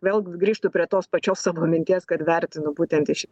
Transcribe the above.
vėlgi grįžtu prie tos pačios savo minties kad vertinu būtent iš